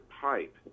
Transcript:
pipe